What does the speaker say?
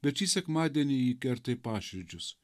bet šį sekmadienį įkerta į paširdžius